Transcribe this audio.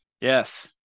Yes